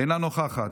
אינה נוכחת,